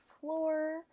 floor